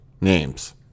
names